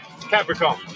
Capricorn